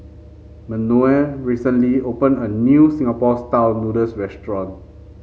Manuel recently opened a new Singapore style noodles restaurant